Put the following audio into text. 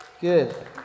Good